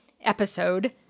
episode